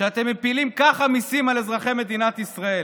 שאתם מפילים ככה מיסים על אזרחי מדינת ישראל?